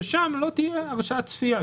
ששם לא תהיה הרשאת צפייה.